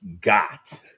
got